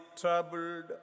troubled